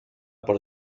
por